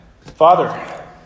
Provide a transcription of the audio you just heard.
Father